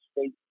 state